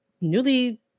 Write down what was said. newly